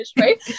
right